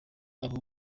abo